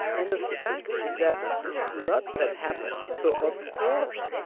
and the fact is that this is not what has happened. so, of course,